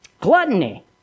Gluttony